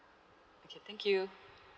okay thank you